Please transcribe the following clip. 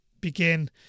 begin